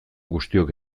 guztiok